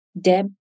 Deb